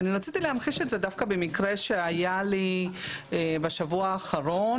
ואני רציתי להמחיש את זה דווקא במקרה שהיה לי בשבוע האחרון.